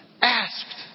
asked